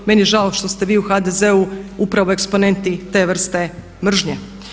Meni je žao što ste vi u HDZ-u upravo eksponenti te vrste mržnje.